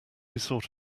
sort